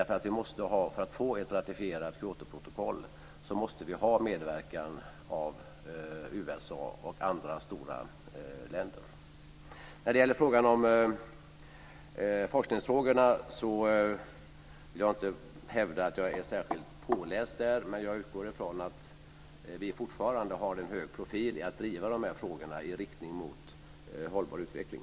För att få ett ratifierat Kyotoprotokoll måste vi ha medverkan av USA och andra stora länder. Jag vill inte hävda att jag är särskilt påläst om forskningsfrågorna. Men jag utgår från att vi fortfarande har en hög profil i att driva dessa frågor i riktning mot hållbar utveckling.